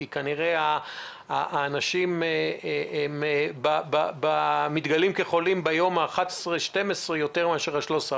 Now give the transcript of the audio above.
כי אנשים מתגלים כנראה כחולים יותר ביום ה-12-11 מאשר ביום ה-14-13,